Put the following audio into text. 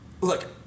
look